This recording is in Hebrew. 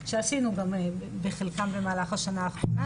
שעשינו בחלקם במהלך השנה האחרונה,